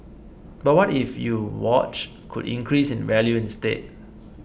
but what if you watch could increase in value instead